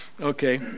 Okay